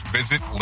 visit